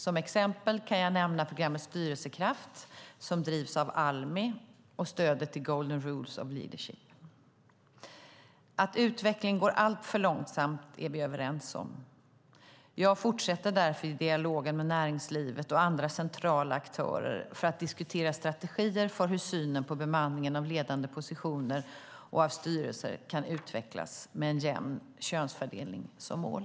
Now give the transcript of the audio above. Som exempel kan jag nämna programmet Styrelsekraft, som drivs av Almi, och stödet till Golden Rules of Leadership. Att utvecklingen går alltför långsamt är vi överens om. Jag fortsätter därför dialogen med näringslivet och andra centrala aktörer för att diskutera strategier för hur synen på bemanningen av ledande positioner och av styrelser kan utvecklas, med en jämn könsfördelning som mål.